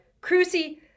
Cruci